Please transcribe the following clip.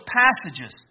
passages